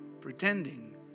pretending